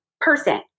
person